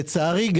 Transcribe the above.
לצערי,